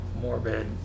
morbid